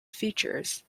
features